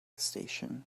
station